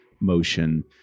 motion